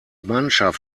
mannschaft